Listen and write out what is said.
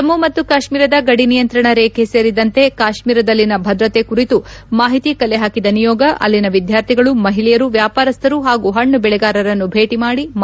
ಜಮ್ನು ಮತ್ತು ಕಾತ್ತೀರದ ಗಡಿ ನಿಯಂತ್ರಣ ರೇಬೆ ಸೇರಿದಂತೆ ಕಾತ್ತೀರದಲ್ಲಿನ ಭದ್ರತೆ ಕುರಿತು ಮಾಹಿತಿ ಕಲೆಹಾಕಿದ ನಿಯೋಗ ಅಲ್ಲಿನ ವಿದ್ದಾರ್ಥಿಗಳು ಮಹಿಳೆಯರು ವ್ಯಾಪಾರಸ್ತರು ಹಾಗೂ ಹಣ್ಲು ಬೆಳೆಗಾರರನ್ನು ಭೇಟಿ ಮಾಡಿ ಮಾಹಿತಿ ಸಂಗ್ರಹಿಸಿದೆ